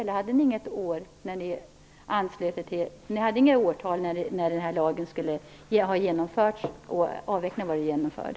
Eller hade ni inte angett något årtal för när avvecklingen skulle vara genomförd?